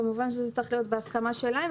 כמובן שזה צריך להיות בהסכמה שלהם,